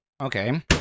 Okay